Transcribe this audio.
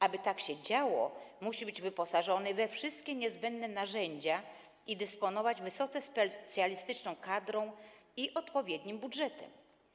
Aby tak się działo, musi być wyposażony we wszystkie niezbędne narzędzia i dysponować wysoce specjalistyczną kadrą i odpowiednim budżetem.